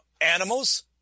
animals